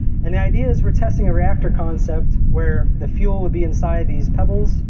and the idea is we're testing a reactor concept where the fuel would be inside these pebbles.